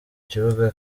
kibuga